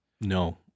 No